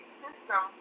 system